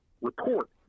report